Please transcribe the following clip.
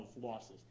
losses